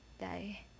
die